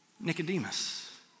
Nicodemus